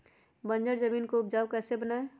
बंजर जमीन को उपजाऊ कैसे बनाय?